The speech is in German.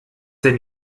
denn